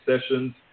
sessions